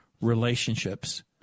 relationships